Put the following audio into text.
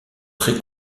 très